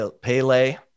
Pele